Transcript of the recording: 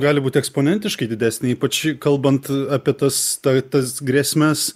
gali būt eksponentiškai didesnė ypač kalbant apie tas ta tas grėsmes